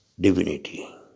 divinity